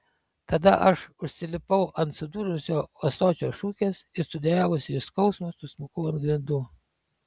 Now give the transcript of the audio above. tada aš užsilipau ant sudužusio ąsočio šukės ir sudejavusi iš skausmo susmukau ant grindų